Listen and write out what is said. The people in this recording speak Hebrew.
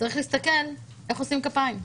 צריך להסתכל איך עושים כפיים,